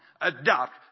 adopt